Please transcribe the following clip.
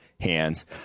hands